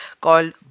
called